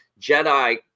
Jedi